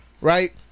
right